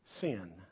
sin